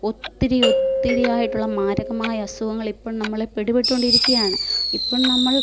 ഒത്തിരി ഒത്തിരിയായിട്ടുള്ള മാരകമായ അസുഖങ്ങൾ ഇപ്പം നമ്മളെ പിടിപെട്ടുകൊണ്ടിരിക്കുകയാണ് ഇപ്പം നമ്മൾ